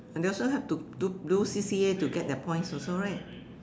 and they also have to do do C_C_A to get their points also right